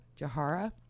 Jahara